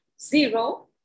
zero